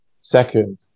second